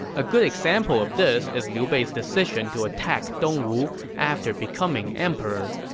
a good example of this is liu bei's decision to attack dongwu after becoming emperor.